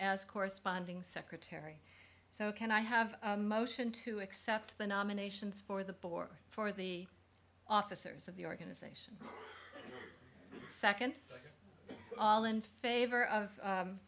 as corresponding secretary so can i have motion to accept the nominations for the board for the officers of the organization second all in favor of